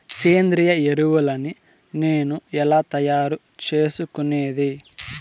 సేంద్రియ ఎరువులని నేను ఎలా తయారు చేసుకునేది?